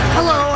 Hello